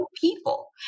people